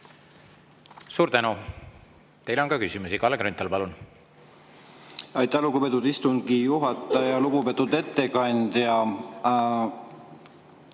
Suur tänu! Teile on ka küsimusi. Kalle Grünthal, palun! Aitäh, lugupeetud istungi juhataja! Lugupeetud ettekandja!